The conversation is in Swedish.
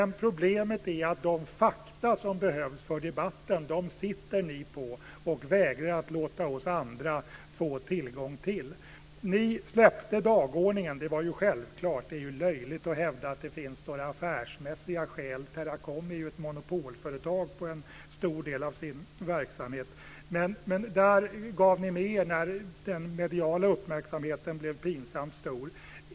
Problemet är att ni sitter på de fakta som behövs för debatten, och ni vägrar låta oss andra få tillgång till dem. Ni släppte dagordningen. Det var självklart. Det är löjligt att hävda att det finns affärsmässiga skäl att inte göra det. Teracom är ju ett monopolföretag vad gäller en stor del av företagets verksamhet. Ni gav med er när den mediala uppmärksamheten blev pinsamt stor.